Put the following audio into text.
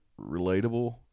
relatable